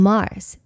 Mars